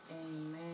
Amen